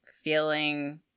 feeling